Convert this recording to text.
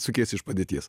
sukiesi iš padėties